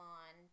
on